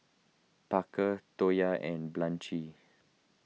Parker Toya and Blanche